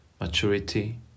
maturity